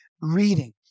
reading